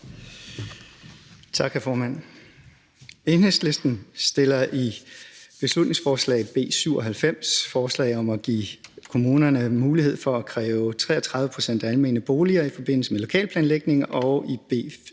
Tak, hr. formand.